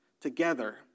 together